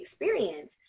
experience